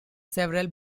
several